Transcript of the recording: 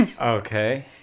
Okay